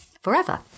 forever